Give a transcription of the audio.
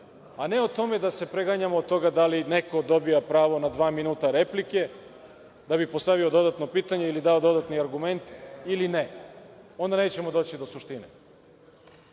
a ne o tome da se preganjamo oko toga da li neko dobija pravo na dva minuta replike, da bi postavio dodatno pitanje ili dao dodatni argument, ili ne. Onda nećemo doći do suštine.